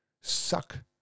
suck